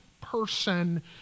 person